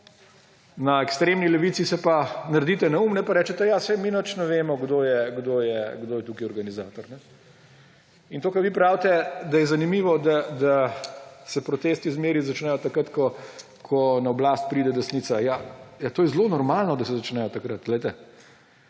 na ekstremni levice se pa naredite neumne pa rečete:« Ja, saj mi nič ne vemo, kdo je tukaj organizator.« To, kar vi pravite, da je zanimivo, da se protesti zmeraj začnejo takrat, ko na oblast pride desnica. Ja, to je zelo normalno, da se začnejo takrat. Takrat